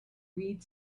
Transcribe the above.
read